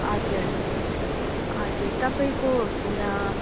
हजुर हजुर तपाईँको